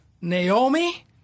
Naomi